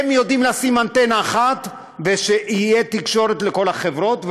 הן יודעות לשים אנטנה אחת ושתהיה תקשורת לכל החברות,